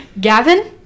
gavin